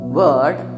word